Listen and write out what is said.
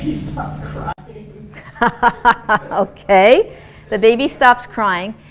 haha ah okay the baby stops crying.